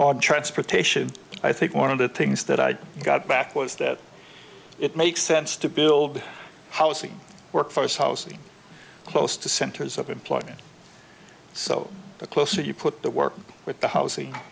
bob transportation i think one of the things that i got back was that it makes sense to build housing workforce housing close to centers of employment so the closer you put the work with the hous